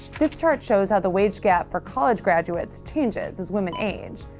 this chart shows how the wage gap for college graduates changes as women age.